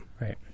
Right